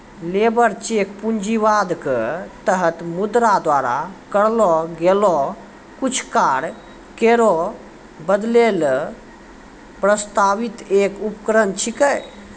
labour check पूंजीवाद क तहत मुद्रा द्वारा करलो गेलो कुछ कार्य केरो बदलै ल प्रस्तावित एक उपकरण छिकै